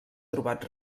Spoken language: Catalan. trobat